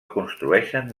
construeixen